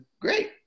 great